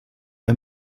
que